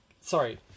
Sorry